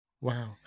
Wow